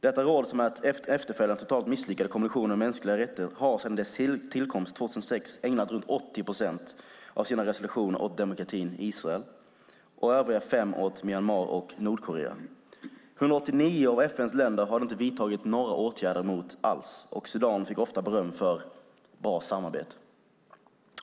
Detta råd, som är en efterföljare till den totalt misslyckade Kommissionen om mänskliga rättigheter, har sedan dess tillkomst 2006 ägnat runt 80 procent av sina resolutioner åt demokratin Israel och övriga åt Myanmar och Nordkorea. 189 av FN:s länder har det inte vidtagits några åtgärder mot alls, och Sudan fick ofta beröm för bra samarbete.